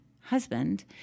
husband